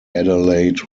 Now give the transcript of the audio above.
adelaide